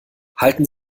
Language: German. halten